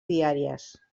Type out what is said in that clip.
diàries